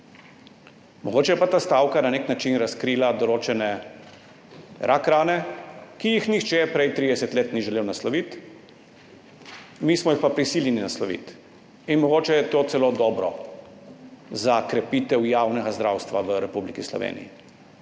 Mogoče je pa ta stavka na nek način razkrila določene rakrane, ki jih prej 30 let nihče ni želel nasloviti, mi smo jih pa prisiljeni nasloviti. In mogoče je to celo dobro za krepitev javnega zdravstva v Republiki Sloveniji,